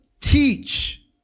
teach